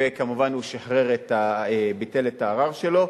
וכמובן הוא ביטל את הערר שלו.